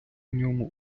ньому